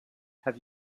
have